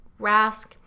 Rask